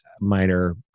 minor